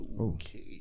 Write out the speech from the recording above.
Okay